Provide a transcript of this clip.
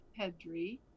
Pedry